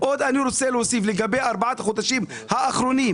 אני רוצה להוסיף לגבי ארבעת החודשים האחרונים.